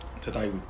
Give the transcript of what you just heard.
Today